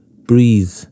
Breathe